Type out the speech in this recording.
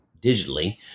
digitally